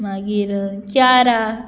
मागीर चारा